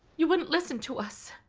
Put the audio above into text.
you wouldn't listen to us.